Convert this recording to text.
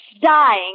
dying